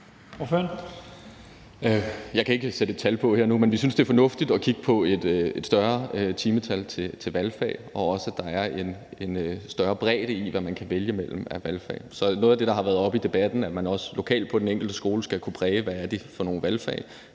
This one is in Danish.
Jeg kan ikke sætte et tal på her og nu, men vi synes, det er fornuftigt at kigge på et større timetal til valgfag, og også, at der er en større bredde i, hvad man kan vælge mellem af valgfag. Så noget af det, der har været oppe i debatten, om, at man også lokalt på den enkelte skole skal kunne præge, hvad det er for nogle valgfag,